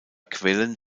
quellen